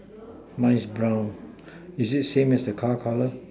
mice brown is it same as the car colour